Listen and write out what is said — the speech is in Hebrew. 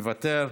מוותר,